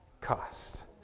cost